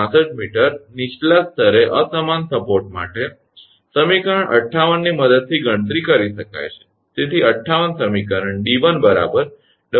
65 𝑚 નીચલા સ્તરે અસમાન સપોર્ટ માટે સમીકરણ 58 ની મદદથી ગણતરી કરી શકાય છે